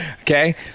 okay